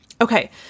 Okay